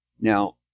Now